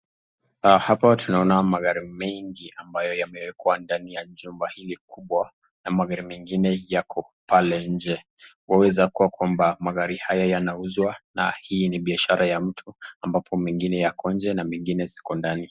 Hapa tunaona magari mengi ambayo yamewekwa ndani ya chumba hili kubwa, na magari mengine yako pale njee inaweza kwamba magari haya ya auzwa na hii ni bishara ya mtu ambapo mengine yako ndani na mengine ziko ndani.